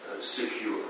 secure